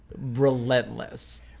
relentless